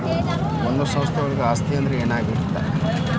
ಒಂದು ಸಂಸ್ಥೆಯೊಳಗ ಆಸ್ತಿ ಅಂದ್ರ ಏನಾಗಿರ್ತದ?